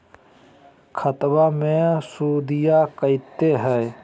खतबा मे सुदीया कते हय?